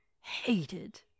hated